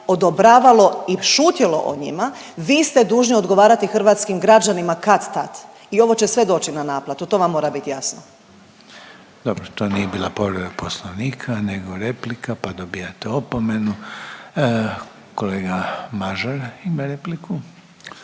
odobravalo i šutjelo o njima, vi ste dužni odgovarati hrvatskim građanima kad-tad. I ovo će sve doći na naplatu to vam mora bit jasno. **Reiner, Željko (HDZ)** Dobro, to nije bila povreda Poslovnika nego replika pa dobivate opomenu. Kolega Mažar ima repliku.